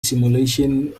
simulation